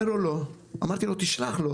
הדבר הנכון למדינת ישראל הוא שאנשים יגורו